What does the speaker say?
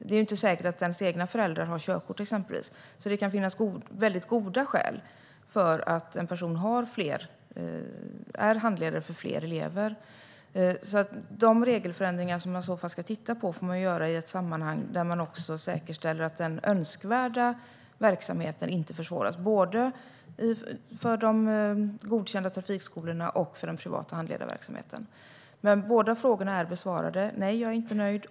Det är ju inte säkert att ens egna föräldrar har körkort, exempelvis, så det kan finnas väldigt goda skäl för att en person är handledare för fler elever. De regelförändringar som i så fall ska göras måste säkerställa att den önskvärda verksamheten inte försvåras. Det gäller både för de godkända privatskolorna och för den privata handledarverksamheten. Men båda frågorna är besvarade. Nej, jag är inte nöjd.